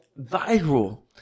viral